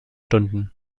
stunden